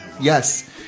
yes